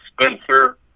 spencer